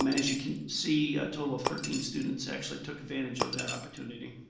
um and as you can see a total of thirteen students actually took advantage of that opportunity.